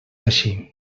així